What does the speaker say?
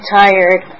tired